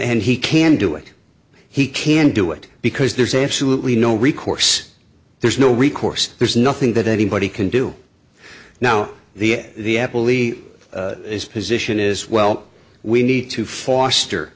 he can do it he can do it because there's absolutely no recourse there's no recourse there's nothing that anybody can do now the the apple e its position is well we need to foerster